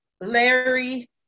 Larry